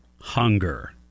hunger